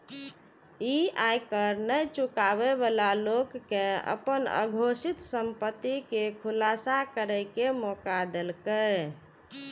ई आयकर नै चुकाबै बला लोक कें अपन अघोषित संपत्ति के खुलासा करै के मौका देलकै